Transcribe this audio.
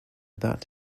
that